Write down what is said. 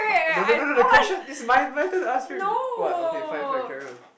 no no no no the question is my my turn to ask you what okay fine fine carry on